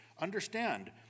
understand